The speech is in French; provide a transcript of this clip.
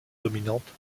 dominantes